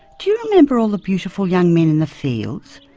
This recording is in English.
do you remember all the beautiful young men in the fields?